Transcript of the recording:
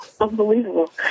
unbelievable